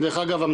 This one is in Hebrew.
דרך אגב,